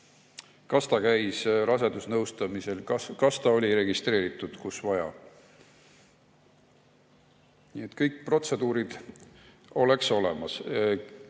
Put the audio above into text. kas ta käis rasedusnõustamisel, kas ta oli registreeritud kus vaja. Nii et kõik protseduurid oleks olemas.